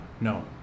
no